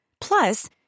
Plus